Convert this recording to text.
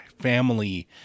family